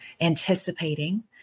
anticipating